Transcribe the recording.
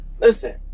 listen